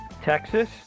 Texas